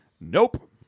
nope